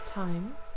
Time